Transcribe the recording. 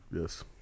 Yes